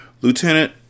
Lieutenant